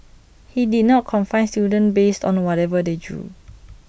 he did not confine students based on whatever they drew